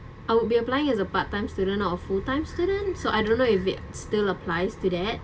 I would be applying as a part-time student not a full-time student so I don't know if it still applies to that